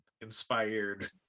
inspired